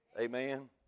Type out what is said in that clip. Amen